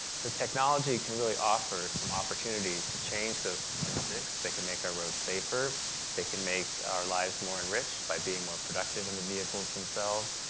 so technology can really offer some opportunities to change those statistics that can make our roads safer that can make our lives more enriched by being more productive in the vehicles themselves.